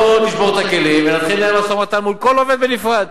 בוא נשבור את הכלים ונתחיל לנהל משא-ומתן מול כל עובד בנפרד,